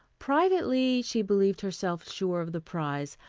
privately, she believed herself sure of the prize,